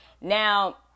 Now